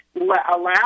allow